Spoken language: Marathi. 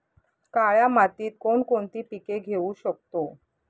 काळ्या मातीत कोणकोणती पिके घेऊ शकतो?